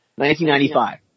1995